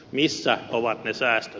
missä ovat ne säästöt